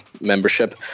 membership